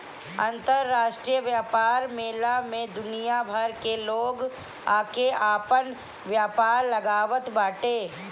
अंतरराष्ट्रीय व्यापार मेला में दुनिया भर से लोग आके आपन व्यापार लगावत बाटे